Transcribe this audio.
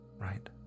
right